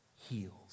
heals